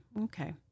okay